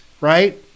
right